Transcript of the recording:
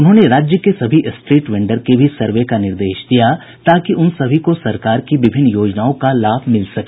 उन्होंने राज्य के सभी स्ट्रीट वेंडर के भी सर्वे का निर्देश दिया ताकि उन सभी को सरकार की विभिन्न योजनाओं का लाभ मिल सके